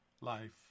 life